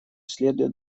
следует